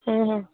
हम्म हम्म